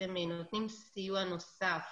נותנים סיוע נוסף